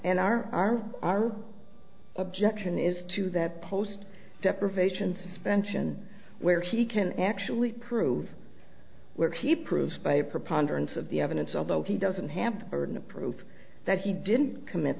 are our objection is to that post deprivation spencerian where he can actually prove where he proved by a preponderance of the evidence although he doesn't have the burden of proof that he didn't commit